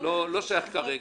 שלא שייך כרגע.